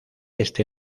este